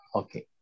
okay